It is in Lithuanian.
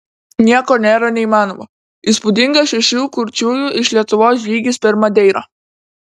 nieko nėra neįmanomo įspūdingas šešių kurčiųjų iš lietuvos žygis per madeirą